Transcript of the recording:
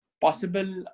possible